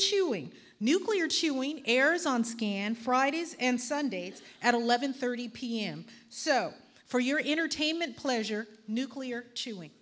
chewing nuclear chewing airs on scan fridays and sundays at eleven thirty pm so for your entertainment pleasure nuclear chewing